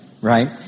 right